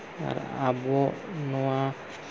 ᱟᱨ ᱟᱵᱚ ᱱᱚᱣᱟ